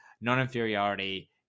non-inferiority